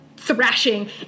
Thrashing